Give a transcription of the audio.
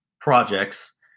projects